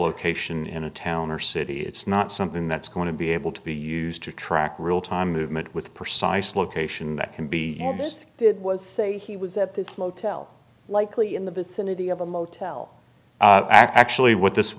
location in a town or city it's not something that's going to be able to be used to track real time movement with precise location that can be almost it was say he was at the motel likely in the vicinity of a motel actually what this